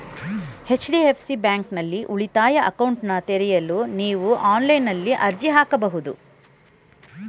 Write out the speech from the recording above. HDFC ಬ್ಯಾಂಕ್ನಲ್ಲಿ ಉಳಿತಾಯ ಅಕೌಂಟ್ನನ್ನ ತೆರೆಯಲು ನೀವು ಆನ್ಲೈನ್ನಲ್ಲಿ ಅರ್ಜಿ ಹಾಕಬಹುದು